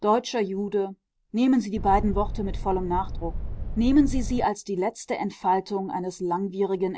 deutscher jude nehmen sie die beiden worte mit vollem nachdruck nehmen sie sie als die letzte entfaltung eines langwierigen